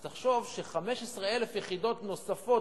אז תחשוב ש-15,000 יחידות נוספות,